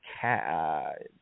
cat